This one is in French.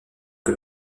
que